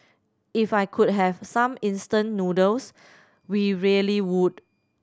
if I could have some instant noodles we really would